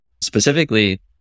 specifically